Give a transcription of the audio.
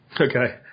Okay